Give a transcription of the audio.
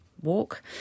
walk